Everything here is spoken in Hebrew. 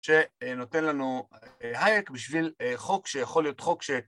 שנותן לנו האייק בשביל חוק שיכול להיות חוק ש...